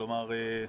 כלומר,